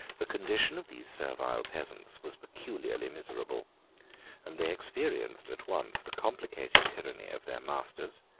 the condition of these servile peasants was peculiarly miserable and they experienced at once the complicated tyranny of their masters,